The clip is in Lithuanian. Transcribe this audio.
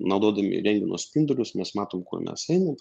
naudodami rentgeno spindulius mes matom kuo mes einam